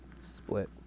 split